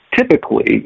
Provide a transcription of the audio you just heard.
typically